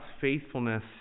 faithfulness